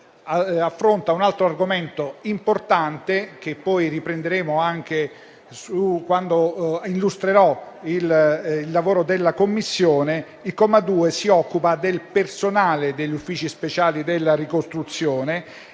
affronta un altro argomento importante, che riprenderò quando illustrerò il lavoro della Commissione. Esso si occupa del personale degli uffici speciali della ricostruzione